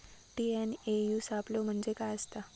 TNAU सापलो म्हणजे काय असतां?